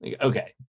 okay